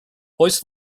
hoist